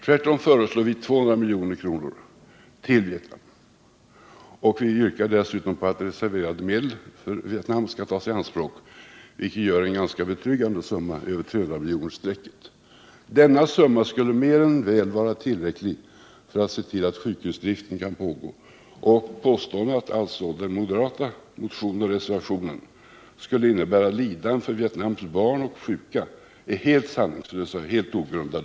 Tvärtom föreslår vi att 200 milj.kr. skall gå till Vietnam, och vi yrkar dessutom på att reserverade medel för Vietnam skall tas i anspråk, vilket gör en ganska betryggande summa över 300 miljonerkronorsstrecket. Denna summa skulle vara mer än väl tillräcklig för att se till att sjukhusdriften kunde pågå, och påståendet att den moderata motionen och reservationen skulle innebära lidanden för Vietnams barn och sjuka är helt sanningslöst och ogrundat.